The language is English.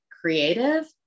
creative